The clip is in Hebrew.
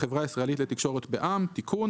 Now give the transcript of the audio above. החברה הישראלית לתקשורת בע"מ) (תיקון),